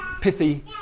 pithy